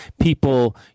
People